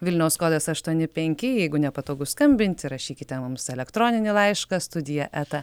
vilniaus kodas aštuoni penki jeigu nepatogu skambinti rašykite mums elektroninį laišką studija eta